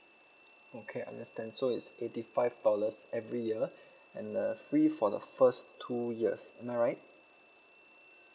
okay understand so it's eighty five dollars every year and uh free for the first two years am I right